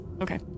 Okay